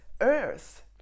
earth